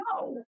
no